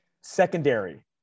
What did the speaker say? Secondary